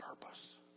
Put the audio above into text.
purpose